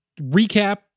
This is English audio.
recap